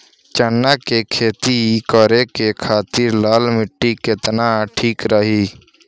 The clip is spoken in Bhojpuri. चना के खेती करे के खातिर लाल मिट्टी केतना ठीक रही?